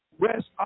West